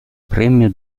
premio